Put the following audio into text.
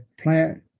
Plant